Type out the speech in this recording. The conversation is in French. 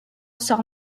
sort